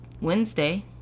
Wednesday